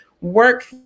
work